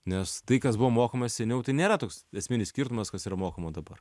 nes tai kas buvo mokoma seniau tai nėra toks esminis skirtumas kas yra mokoma dabar